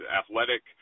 athletic